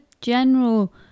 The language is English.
general